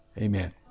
Amen